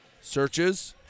searches